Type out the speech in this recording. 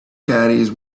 caddies